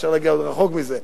ואפשר להגיע עוד רחוק מזה.